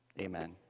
Amen